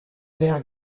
vert